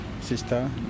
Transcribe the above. sister